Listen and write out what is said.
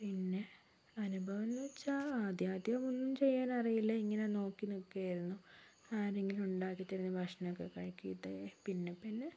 പിന്നെ അനുഭവങ്ങളെന്നുവെച്ചാൽ ആദ്യാദ്യം ഒന്നും ചെയ്യാനറിയില്ല ഇങ്ങനെ നോക്കി നിക്കുവായിരുന്നു ആരെങ്കിലും ഉണ്ടാക്കി തരുന്ന ഭക്ഷണമൊക്ക കഴിക്കും ഇതേ പിന്നെ പിന്നെ